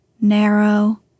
narrow